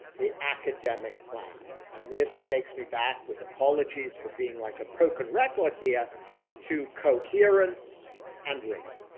the academic plan, and this takes me back with apologies for being like a broken record here to coherence and rigor.